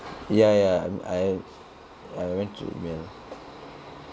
ya ya I I went through email